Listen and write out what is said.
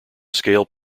scale